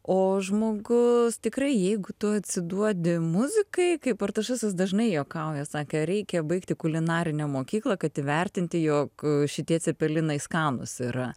o žmogus tikrai jeigu tu atsiduodi muzikai kaip artašesas dažnai juokauja sakė reikia baigti kulinarinę mokyklą kad įvertinti jog šitie cepelinai skanūs yra